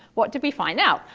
what did we find out?